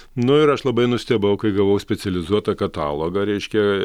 nu ir aš labai nustebau kai gavau specializuotą katalogą reiškia